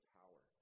power